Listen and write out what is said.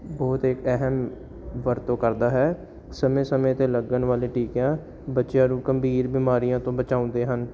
ਬਹੁਤ ਅਹਿਮ ਵਰਤੋਂ ਕਰਦਾ ਹੈ ਸਮੇਂ ਸਮੇਂ 'ਤੇ ਲੱਗਣ ਵਾਲੇ ਟੀਕਿਆਂ ਬੱਚਿਆਂ ਨੂੰ ਗੰਭੀਰ ਬਿਮਾਰੀਆਂ ਤੋਂ ਬਚਾਉਂਦੇ ਹਨ